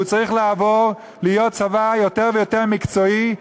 הוא צריך לעבור להיות צבא יותר ויותר מקצועי,